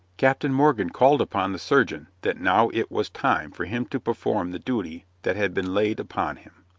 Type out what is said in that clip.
captain morgan called upon the surgeon that now it was time for him to perform the duty that had been laid upon him.